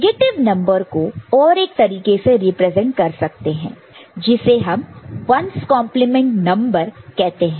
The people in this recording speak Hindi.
नेगेटिव नंबर को और एक तरीके से रिप्रेजेंट कर सकते हैं जिसे हम 1's कंप्लीमेंट नंबर कहते हैं